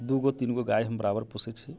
दूगो तीनगो गाय हम बराबर पोषै छी